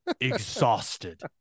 exhausted